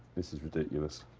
this is ridiculous.